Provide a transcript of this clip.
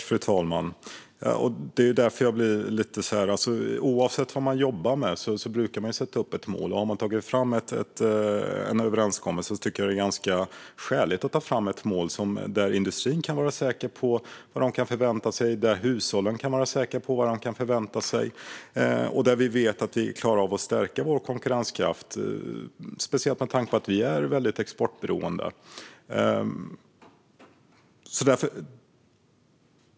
Fru talman! Oavsett vad man jobbar med brukar man sätta upp ett mål. Har man tagit fram en överenskommelse tycker jag att det är skäligt att ta fram ett mål, så att industrin och hushållen kan vara säkra på vad de kan förvänta sig och så att vi vet att vi klarar av att stärka vår konkurrenskraft, speciellt med tanke på att vi är starkt exportberoende.